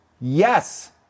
Yes